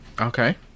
Okay